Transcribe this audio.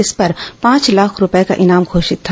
इस पर पांच लाख रूपये का इनाम घोषित था